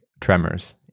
Tremors